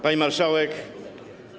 Pani Marszałek!